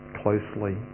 closely